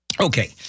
Okay